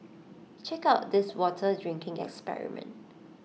check out this water drinking experiment